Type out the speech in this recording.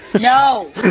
No